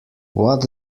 what